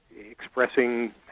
expressing